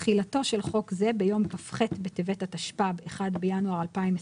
תחילתו של חוק זה ביום כ"ח בטבת התשפ"ב (1 בינואר 2022)